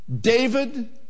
David